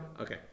Okay